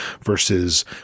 versus